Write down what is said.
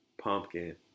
pumpkin